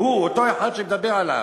הוא, אותו אחד שאני מדבר עליו.